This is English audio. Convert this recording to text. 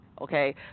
Okay